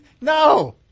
No